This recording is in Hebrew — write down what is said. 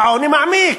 העוני מעמיק.